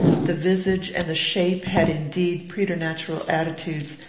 the visage and the shape had indeed preternatural attitudes,